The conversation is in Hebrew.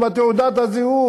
בתעודת הזהות,